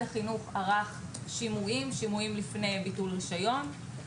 שימועים לפני ביטול רישיון.